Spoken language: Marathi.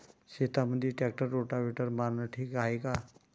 शेतामंदी ट्रॅक्टर रोटावेटर मारनं ठीक हाये का?